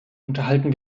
unterhalten